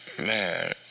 Man